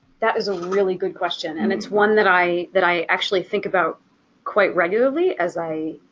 that was a really good question and it's one that i that i actually think about quite regularly as i,